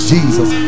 Jesus